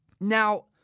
Now